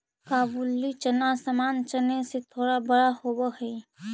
काबुली चना सामान्य चने से थोड़ा बड़ा होवअ हई